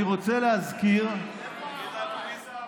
מי זה, הזה?